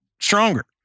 stronger